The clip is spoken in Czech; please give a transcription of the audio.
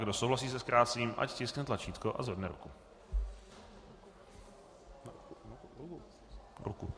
Kdo souhlasí se zkrácením, ať stiskne tlačítko a zvedne ruku.